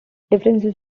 differences